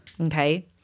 Okay